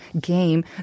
game